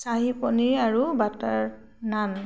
চাহী পনীৰ আৰু বাটাৰ নান